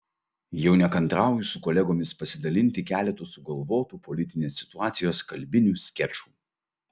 jau nekantrauju su kolegomis pasidalinti keletu sugalvotų politinės situacijos kalbinių skečų